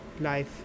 life